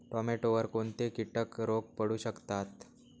टोमॅटोवर कोणते किटक रोग पडू शकतात?